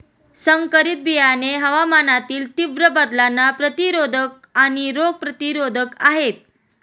संकरित बियाणे हवामानातील तीव्र बदलांना प्रतिरोधक आणि रोग प्रतिरोधक आहेत